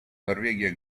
норвегия